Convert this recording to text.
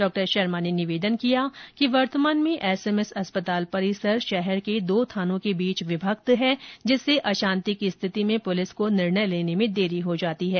डॉ शर्मा ने निवेदन किया है कि वर्तमान में एसएमएस अस्पताल परिसर शहर के दो थानों के बीच विभक्त है जिससे अशांति की स्थिति में पुलिस को निर्णय लेने में देरी हो जाती है